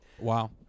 Wow